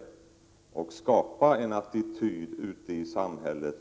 Det kan ute i samhället skapa en attityd Fanskiins äl vidad”